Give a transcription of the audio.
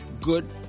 good